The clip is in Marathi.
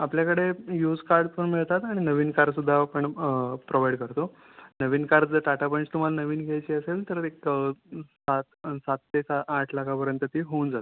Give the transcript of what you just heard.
आपल्याकडे यूज्ड कार पण मिळतात आणि नवीन कारसुद्धा आपण प्रोवाईड करतो नवीन कारचं टाटा पंच तुम्हाला नवीन घ्यायची असेल तर एक सात सात ते सा आठ लाखापर्यंत ती होऊन जाते